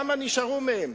כמה נשארו מהם?